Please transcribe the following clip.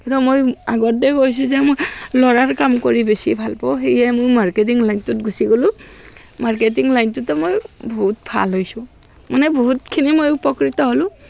কিন্তু মই আগতেই কৈছোঁ যে মই ল'ৰাৰ কাম কৰি বেছি ভাল পাওঁ সেয়ে মই মাৰ্কেটিং লাইনটোত গুচি গলোঁ মাৰ্কেটিং লাইনটোতো মই বহুত ভাল হৈছোঁ মানে বহুতখিনি মই উপকৃত হ'লোঁ